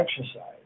exercise